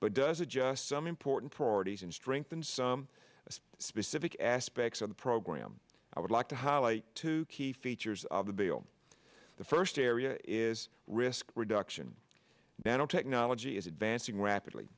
but does it just some important priorities and strengthen some specific aspects of the program i would like to highlight two key features of the bill the first area is risk reduction nanotechnology is advancing rapidly